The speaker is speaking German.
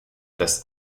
dass